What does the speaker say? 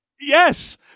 Yes